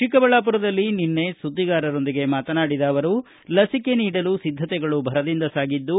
ಚಿಕ್ಕಬಳ್ಳಾಪುರದಲ್ಲಿ ನಿನ್ನೆ ಸುದ್ದಿಗಾರರೊಂದಿಗೆ ಮಾತನಾಡಿದ ಅವರು ಲಸಿಕೆ ನೀಡಲು ಸಿದ್ದತೆಗಳು ಭರದಿಂದ ಸಾಗಿದ್ದು